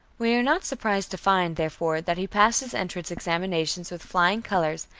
we are not surprised to find, therefore, that he passed his entrance examinations with flying colors,